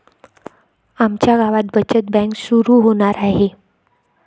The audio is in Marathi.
आमच्या गावात बचत बँक सुरू होणार आहे